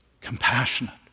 Compassionate